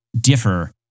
differ